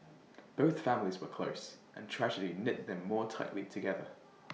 both families were close and tragedy knit them more tightly together